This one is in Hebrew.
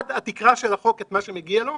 עד התקרה של החוק את מה שמגיע לו.